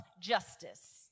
Justice